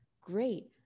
Great